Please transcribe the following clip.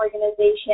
organization